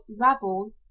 rabble